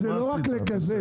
זה לא רק לקזז.